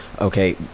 Okay